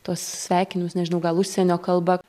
tuos sveikinus nežinau gal užsienio kalba